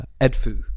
Edfu